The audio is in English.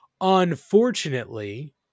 Unfortunately